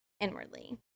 inwardly